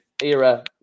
era